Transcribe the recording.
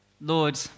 Lord